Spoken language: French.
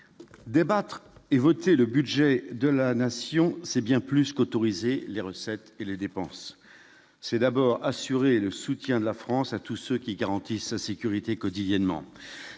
débattre et voter le budget de la nation, c'est bien plus qu'autorisé les recettes et les dépenses, c'est d'abord assurer le soutien de la France à tout ce qui garantit sa sécurité quotidiennement,